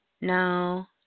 No